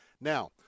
Now